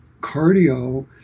cardio